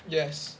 yes